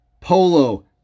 Polo